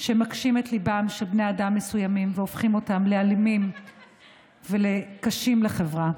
שמקשים את ליבם של בני אדם מסוימים והופכים אותם לאלימים ולקשים לחברה.